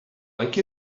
like